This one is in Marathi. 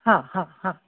हां हां हां